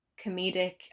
comedic